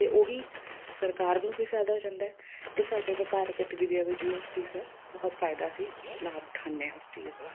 ਅਤੇ ਉਹੀ ਸਰਕਾਰ ਨੂੰ ਵੀ ਫਾਇਦਾ ਹੋ ਜਾਂਦਾ ਅਤੇ ਸਾਡੇ ਵਪਾਰਕ ਗਤੀਵਿਧੀਆਂ ਵਿੱਚ ਵੀ ਉਸ ਚੀਜ਼ ਦਾ ਬਹੁਤ ਫਾਇਦਾ ਅਸੀਂ ਲਾਭ ਉਠਾਉਂਦੇ ਹਾਂ ਉਸ ਚੀਜ਼ ਦਾ